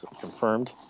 confirmed